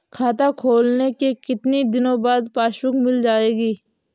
खाता खोलने के कितनी दिनो बाद पासबुक मिल जाएगी?